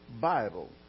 Bible